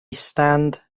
stand